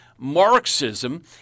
Marxism